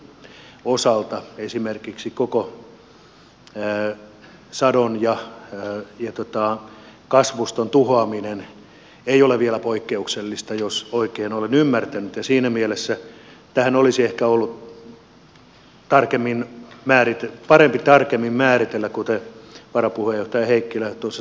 yhden toimijan osalta esimerkiksi koko sadon ja kasvuston tuhoaminen ei ole vielä poikkeuksellista jos oikein olen ymmärtänyt ja siinä mielessä tähän olisi ehkä ollut parempi tarkemmin määritellä kuten varapuheenjohtaja heikkilä sanoi